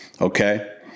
okay